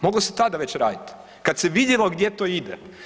Moglo se tada već raditi kad se vidjelo gdje to ide.